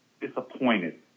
disappointed